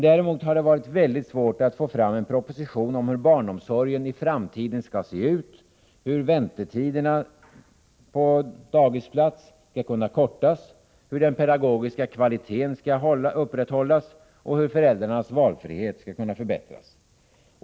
Däremot har det varit mycket svårt att få fram en proposition om hur barnomsorgen i framtiden skall se ut, hur väntetiden till dagisplats skall kunna kortas, hur den pedagogiska kvaliteten skall kunna upprätthållas och hur föräldrarnas valfrihet skall kunna förbättras.